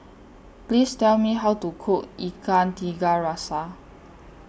Please Tell Me How to Cook Ikan Tiga Rasa